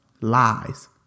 lies